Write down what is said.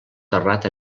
terrat